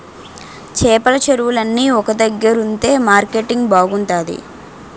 చేపల చెరువులన్నీ ఒక దగ్గరుంతె మార్కెటింగ్ బాగుంతాది